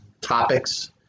topics